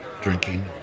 Drinking